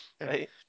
Right